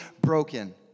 broken